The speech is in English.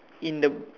in the